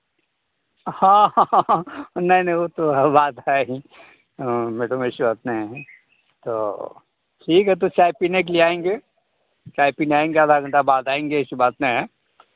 हाँ नहीं नहीं वो तो बात है ही मैडम ऐसी बात नहीं है तो ठीक है तो चाय पीने के लिए आएंगे चाय पीने आएंगे आधा घंटा बाद आएंगे ऐसी बात नहीं है